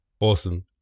Awesome